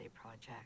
project